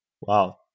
Wow